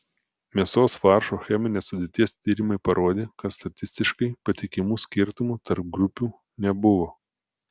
mėsos faršo cheminės sudėties tyrimai parodė kad statistiškai patikimų skirtumų tarp grupių nebuvo